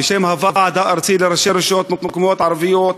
בשם הוועד הארצי לראשי הרשויות המקומיות הערביות,